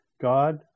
God